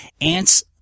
Ants